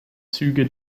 züge